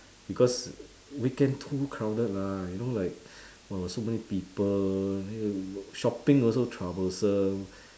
because weekend too crowded lah you know like uh so many people shopping also troublesome